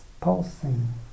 pulsing